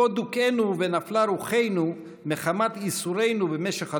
כה דוכאנו ונפלה רוחנו מחמת ייסורינו במשך הדורות,